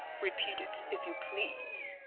repeat it, if you please.